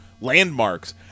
landmarks